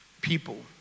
people